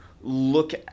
look